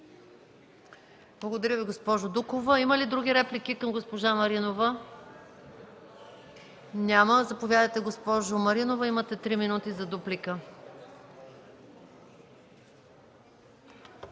Благодаря Ви, госпожо Дукова. Има ли други реплики към госпожа Маринова? Няма. Заповядайте, госпожо Маринова, за дуплика.